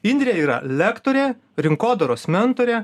indrė yra lektorė rinkodaros mentorė